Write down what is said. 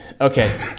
Okay